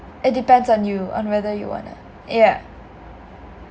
it depends on you on whether you wanna ya